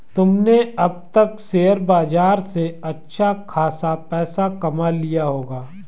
तुमने अब तक शेयर बाजार से अच्छा खासा पैसा कमा लिया होगा